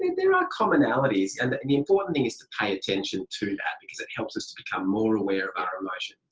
there are commonalities. and the and the important thing is to pay attention to that because it helps us to become more aware of our emotions.